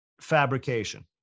fabrication